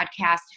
podcast